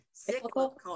cyclical